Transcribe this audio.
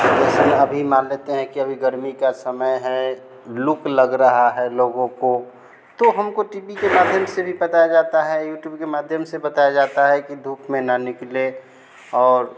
जैसे अभी मान लेते हैं कि अभी गर्मी का समय है लू लग रही है लोगों को तो हमको टी वी के माध्यम से ही बताया जाता है यूट्यूब के माध्यम से ही बताया जाता है कि धूप में ना निकलें और